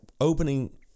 opening